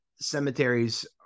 cemeteries